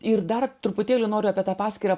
ir dar truputėlį noriu apie tą paskyrą